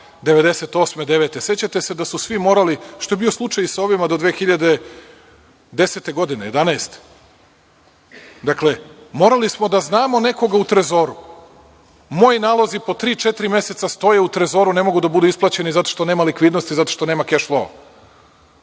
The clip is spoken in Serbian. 1998-1999. godine. Sećate se da su svi morali, što je bio slučaj i sa ovima do 2010. godine, 2011. godine, dakle, morali smo da znamo nekoga u Trezoru. Moji nalozi po tri, četiri meseca stoje u Trezoru, ne mogu da budu isplaćeni zato što nema likvidnosti, zato što nema keš floa.